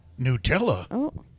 Nutella